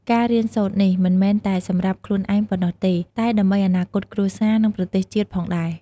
ការរៀនសូត្រនេះមិនមែនតែសម្រាប់ខ្លួនឯងប៉ុណ្ណោះទេ តែដើម្បីអនាគតគ្រួសារ និងប្រទេសជាតិផងដែរ។